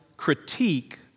critique